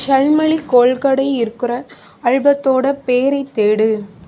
ஷல்மலி கோல்கடே இருக்கிற அல்பத்தோட பேரைத் தேடு